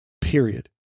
period